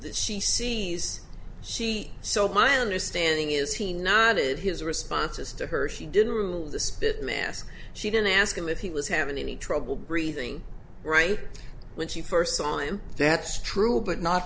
that she sees she so my understanding is he nodded his responses to her he didn't rule the spit man she didn't ask him if he was having any trouble breathing right when she first time that's true but not